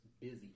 busy